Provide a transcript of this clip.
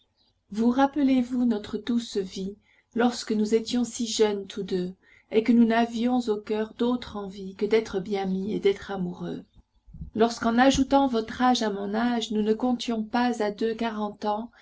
vous rappelez-vous notre douce vie lorsque nous étions si jeunes tous deux et que nous n'avions au coeur d'autre envie que d'être bien mis et d'être amoureux lorsqu'en ajoutant votre âge à mon âge nous ne comptions pas à deux quarante ans